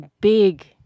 big